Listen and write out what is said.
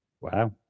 Wow